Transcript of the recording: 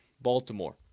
Baltimore